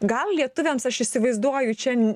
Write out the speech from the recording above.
gal lietuviams aš įsivaizduoju čia